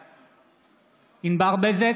בעד ענבר בזק,